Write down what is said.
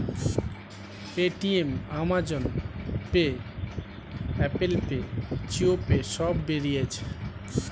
Paytm, Amazon Pay, Apple Pay, Jio Pay সব বেরিয়েছে